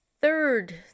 Third